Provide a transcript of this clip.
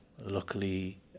Luckily